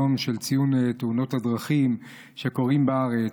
ציון יום תאונות הדרכים שקורות בארץ,